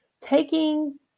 taking